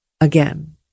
again